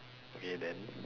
okay then